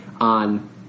on